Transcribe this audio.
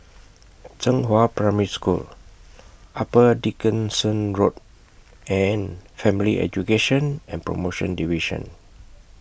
Zhenghua Primary School Upper Dickson Road and Family Education and promotion Division